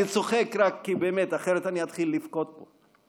אני צוחק רק כי אחרת באמת אני אתחיל לבכות פה.